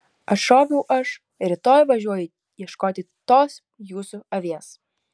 atšoviau aš rytoj važiuoju ieškoti tos jūsų avies